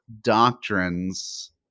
doctrines